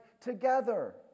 together